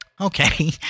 Okay